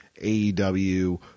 AEW